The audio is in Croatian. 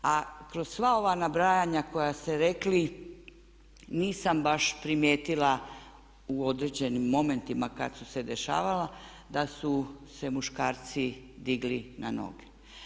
A kroz sva ova nabrajanja koja ste rekli nisam baš primijetila u određenim momentima kad su se dešavala da su se muškarci digli na noge.